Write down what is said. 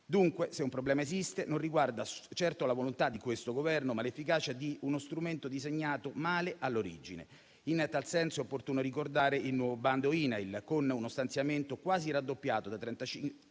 Dunque, se un problema esiste riguarda non certo la volontà di questo Governo, ma l'efficacia di uno strumento disegnato male all'origine. In tal senso è opportuno ricordare il nuovo bando INAIL con uno stanziamento più che raddoppiato (da 35